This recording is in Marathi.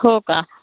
हो का